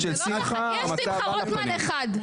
יש שמחה רוטמן אחד.